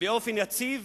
באופן יציב,